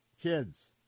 kids